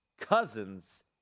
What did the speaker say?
Cousins